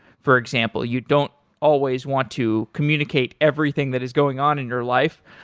for example, you don't always want to communicate everything that is going on in your life.